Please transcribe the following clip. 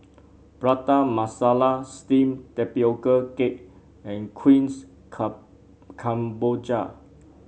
Prata Masala steamed Tapioca Cake and kuihs kemboja